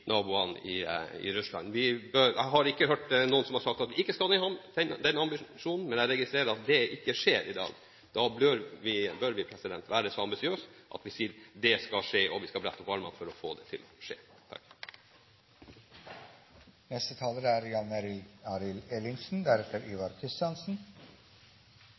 naboene i Russland. Jeg har ikke hørt noen som har sagt at vi ikke skal ha den ambisjonen, men jeg registrerer at dette ikke skjer i dag. Da bør vi være så ambisiøse at vi sier: Det skal skje, og vi skal brette opp ermene for å få det til å skje.